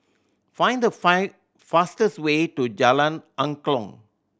find the fastest way to Jalan Angklong